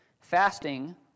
Fasting